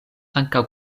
ankaŭ